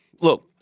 look